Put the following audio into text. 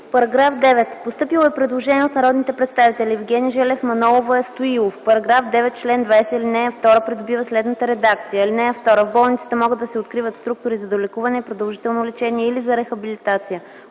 По § 9 е постъпило предложение от народните представители Евгений Желев, Мая Манолова и Янаки Стоилов: В § 9, чл. 20, ал. 2 придобива следната редакция: „(2) В болницата могат да се откриват структури за долекуване и продължително лечение или за рехабилитация”.